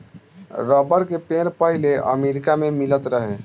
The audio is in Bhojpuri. रबर के पेड़ पहिले अमेरिका मे मिलत रहे